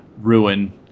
ruin